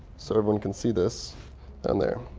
so everyone can see this down there.